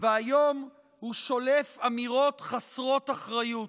והיום הוא שולף אמירות חסרות אחריות.